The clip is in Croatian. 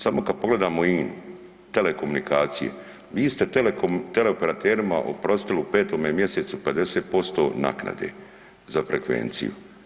Samo kad pogledamo INA-u, telekomunikacije vi ste tele operaterima oprostili u petome mjesecu 50% naknade za frekvenciju.